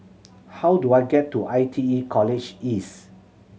how do I get to I T E College East